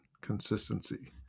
consistency